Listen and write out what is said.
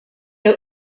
nhw